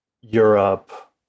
Europe